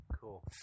cool